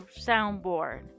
soundboard